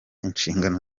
inshingano